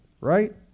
right